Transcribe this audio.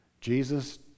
Jesus